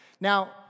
Now